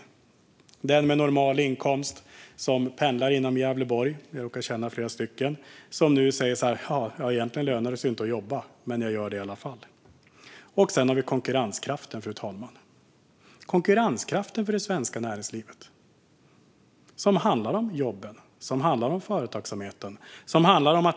Jag råkar känna flera personer med normal inkomst som pendlar inom Gävleborg och nu säger: Egentligen lönar det sig inte att jobba, men jag gör det i alla fall. Sedan har vi konkurrenskraften, fru talman. Konkurrenskraften för det svenska näringslivet är beroende av jobben och företagsamheten.